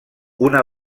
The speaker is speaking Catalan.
una